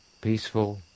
Peaceful